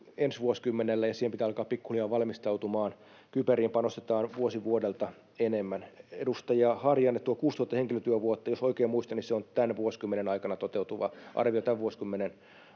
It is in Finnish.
ensi vuosikymmenelle, ja siihen pitää alkaa pikkuhiljaa valmistautumaan. Kyberiin panostetaan vuosi vuodelta enemmän. Edustaja Harjanne: tuo 6 000 henkilötyövuotta, jos oikein muistan, on arvio tämän vuosikymmenen aikana toteutuvasta määrästä.